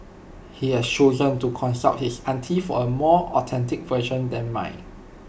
he has chosen to consult his auntie for A more authentic version than mine